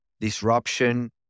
disruption